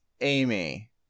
Amy